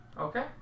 Okay